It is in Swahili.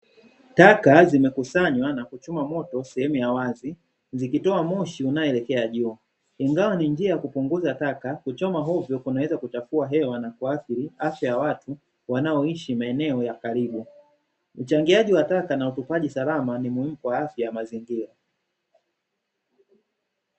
Taka zimekusanywa na kuchomwa moto sehemu ya wazi, zikitoa moshi mweupe unaopaa juu. Ingawa ni njia ya kupunguza taka, kuchoma hovyo kunaweza kuchafua hewa na kuathiri afya ya watu wanaoishi karibu. Uchangiaji wa taka na utupaji salama ni muhimu kwa afya ya mazingira.